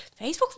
Facebook